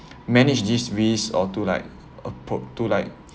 manage these risk or to like approach to like